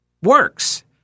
works